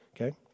okay